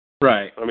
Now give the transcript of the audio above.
Right